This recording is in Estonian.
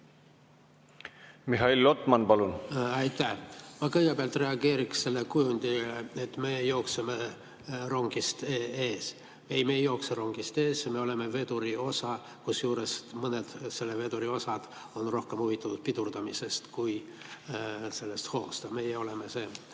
Mihhail Lotman, palun! Aitäh! Ma kõigepealt reageeriks sellele kujundile, et me jookseme rongi ees. Ei, me ei jookse rongi ees. Me oleme veduri osa. Kusjuures mõned selle veduri osad on rohkem huvitatud pidurdamisest kui sellest hoost. Meie oleme see